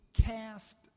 cast